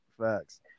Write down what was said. facts